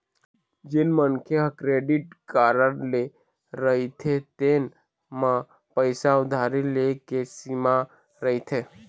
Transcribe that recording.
जेन मनखे ह क्रेडिट कारड ले रहिथे तेन म पइसा उधारी ले के सीमा रहिथे